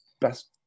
best